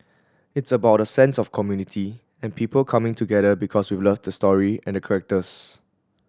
it's about a sense of community and people coming together because we love the story and characters